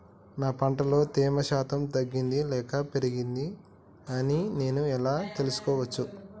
నా పంట లో తేమ శాతం తగ్గింది లేక పెరిగింది అని నేను ఎలా తెలుసుకోవచ్చు?